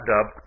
Dub